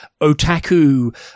otaku